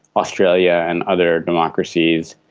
australia and other democracies.